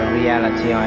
reality